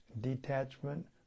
Detachment